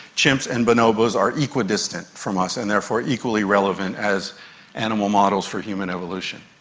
chimps and bonobos are equidistant from us and therefore equally relevant as animal models for human evolution.